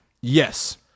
Yes